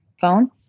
phone